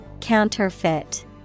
Counterfeit